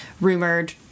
rumored